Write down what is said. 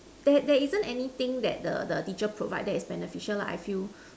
there there isn't anything that the the teacher provide that is beneficial lah I feel